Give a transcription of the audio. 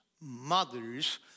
mothers